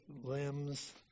limbs